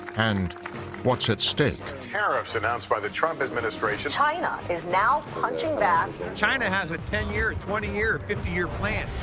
and what's at stake. tariffs announced by the trump administration. china is now punching back. china has a ten-year, a twenty year, a fifty year plan.